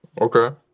Okay